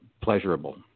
pleasurable